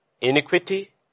iniquity